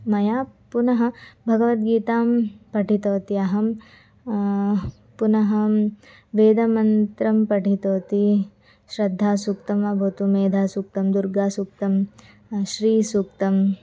मया पुनः भगवद्गीतां पठितवती अहं पुनः हां वेदमन्त्रं पठितवति श्रद्धासूक्तं वा भवतु मेधासूक्तं दुर्गासूक्तं श्रीसूक्तम्